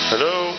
Hello